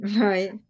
Right